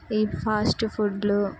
ఈ ఫాస్ట్ ఫుడ్లు